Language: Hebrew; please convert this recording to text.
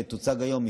שתוצג היום.